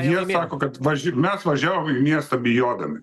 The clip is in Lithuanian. jie sako kad važi mes važiavom į miestą bijodami